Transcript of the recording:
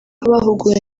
abahuguwe